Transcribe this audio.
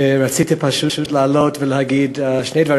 רציתי פשוט לעלות ולהגיד שני דברים.